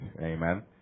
amen